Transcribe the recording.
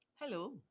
Hello